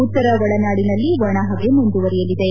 ಉತ್ತರ ಒಳನಾಡಿನಲ್ಲಿ ಒಣಹವೆ ಮುಂದುವರೆಯಲಿವೆ